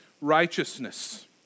righteousness